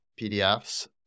PDFs